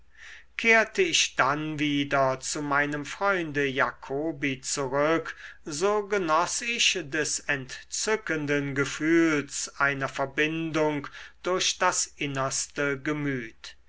kehrte ich dann wieder zu meinem freunde jacobi zurück so genoß ich des entzückenden gefühls einer verbindung durch das innerste gemüt